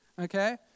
Okay